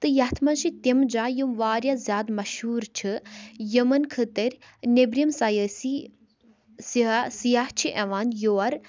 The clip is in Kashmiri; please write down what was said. تہٕ یَتھ منٛز چھِ تِم جایہِ یِم واریاہ زیادٕ مشہوٗر چھِ یِمَن خٲطٔر نیٚبرِم سیاسی سیاح سِیاح چھِ یِوان یور